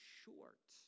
short